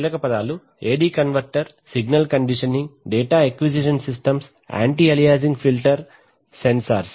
కీలక పదాలు AD converter signal conditioning data acquisition systems anti aliasing filter sensors